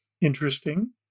Interesting